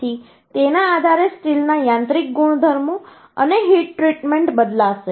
તેથી તેના આધારે સ્ટીલના યાંત્રિક ગુણધર્મો અને હીટ ટ્રીટમેન્ટ બદલાશે